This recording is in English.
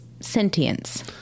sentience